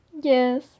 Yes